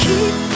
Keep